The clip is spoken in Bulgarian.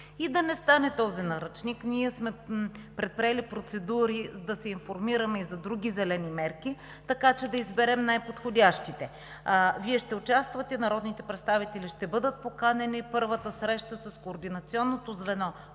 И да не стане този наръчник, ние сме предприели процедури да се информираме и за други зелени мерки, така че да изберем най-подходящите. Вие ще участвате – народните представители, ще бъдат поканени. Първата среща с координационното звено